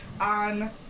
on